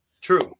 True